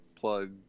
plug